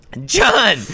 John